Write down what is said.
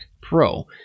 Pro